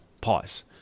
Pause